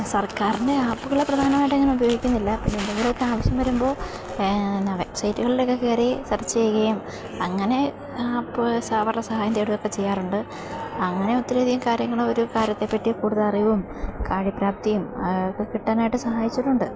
സർക്കാരിന്റെ ആപ്പുകളെ പ്രധാനമായിട്ടങ്ങനെ ഉപയോഗിക്കുന്നില്ല പിന്നെന്തെങ്കിലും ഒക്കെ ആവശ്യം വരുമ്പോൾ എന്നാ വെബ്സൈറ്റുകളിലൊക്കെ കയറി സർച്ച് ചെയ്യുകയും അങ്ങനെ ആപ്പ് സാ അവരുടെ സഹായം തേടുകയൊക്കെ ചെയ്യാറുണ്ട് അങ്ങനെ ഒത്തിരിയധികം കാര്യങ്ങൾ ഒരു കാര്യത്തെ പറ്റി കൂടുതലറിവും കാര്യപ്രാപ്തിയും അതൊക്കെ കിട്ടാനായിട്ട് സഹായിച്ചിട്ടുണ്ട്